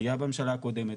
היה בממשלה הקודמת,